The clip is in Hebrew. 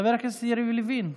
חבר הכנסת יריב לוין.